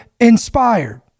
inspired